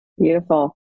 beautiful